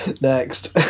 next